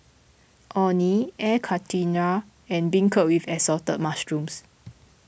Orh Nee Air Karthira and Beancurd with Assorted Mushrooms